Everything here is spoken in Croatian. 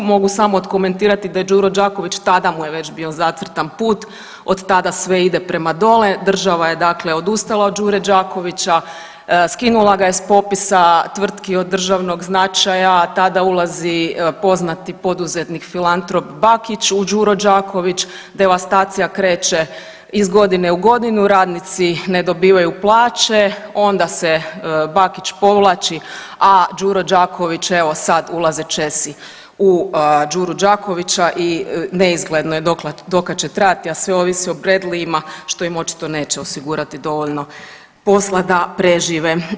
Mogu samo otkomentirati da je Đuro Đaković, tada mu je već bio zacrtan put, od tada sve ide prema dole, država je dakle odustala od Đure Đakovića, skinula ga je s popisa tvrtki od državnog značaja, tada ulazi poznati poduzetnik Filantrop Bakić u Đuro Đaković, devastacija kreće iz godine u godinu, radnici ne dobivaju plaće, onda se Bakić povlači, a Đuro Đaković evo sad ulaze Česi u Đuru Đakovića i neizgledno je do kad će trajati, a sve ovisi o bredlijima što im očito neće osigurati dovoljno posla da prežive.